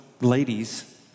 ladies